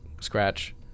scratch